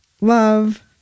love